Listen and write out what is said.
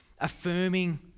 affirming